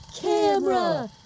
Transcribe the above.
camera